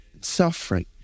suffering